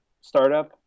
startup